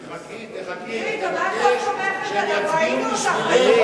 תחכי, תחכי, שהם יצביעו בשבילך.